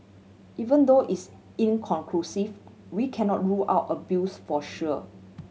even though it's inconclusive we cannot rule out abuse for sure